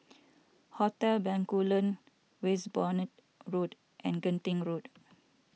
Hotel Bencoolen Westbourne Road and Genting Road